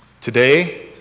Today